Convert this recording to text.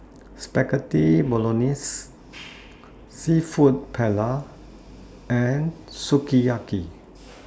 Spaghetti Bolognese Seafood Paella and Sukiyaki